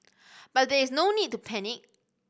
but there is no need to panic